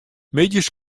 middeis